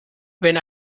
wenn